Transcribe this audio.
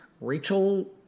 Rachel